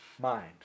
mind